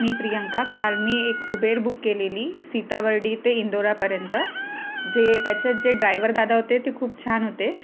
मी प्रियंका काल मी एक उबेर बुक केलेली सीतावर्डी ते इंदोरापर्यंत जे त्याच्यात जे ड्रायवर दादा होते ते खूप छान होते